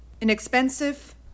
inexpensive